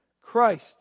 Christ